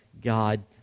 God